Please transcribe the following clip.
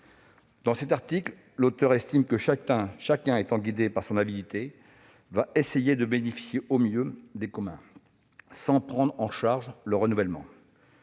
Dans cet article, l'auteur estime que chacun est guidé par son avidité et va essayer de bénéficier au mieux des biens communs, sans prendre en charge leur renouvellement.